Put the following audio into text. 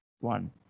one